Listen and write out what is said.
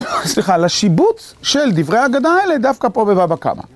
סליחה, לשיבוץ של דברי ההגנה האלה, דווקא פה בבבא קמא.